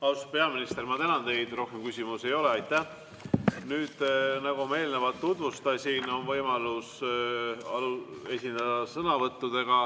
Austatud peaminister, ma tänan teid! Rohkem küsimusi ei ole. Aitäh! Nüüd, nagu ma eelnevalt tutvustasin, on võimalus esineda sõnavõttudega.